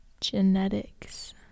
Genetics